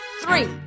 three